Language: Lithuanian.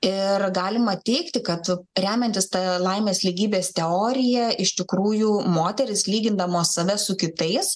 ir galima teigti kad vat remiantis ta laimės lygybės teorija iš tikrųjų moterys lygindamos save su kitais